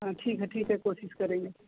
हाँ ठीक है ठीक है कोशिश करेंगे